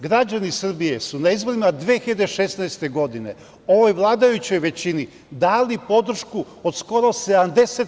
Građani Srbije su na izborima 2016. godine ovoj vladajućoj većini dali podršku od skoro 70%